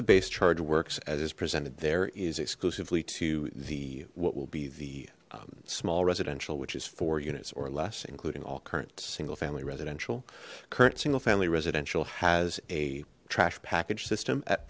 the base charge works as is presented there is exclusively to the what will be the small residential which is four units or less including all current single family residential current single family residential has a trash package system at